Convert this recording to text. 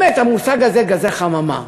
באמת, המושג הזה "גזי חממה",